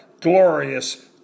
glorious